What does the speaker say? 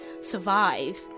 survive